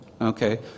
Okay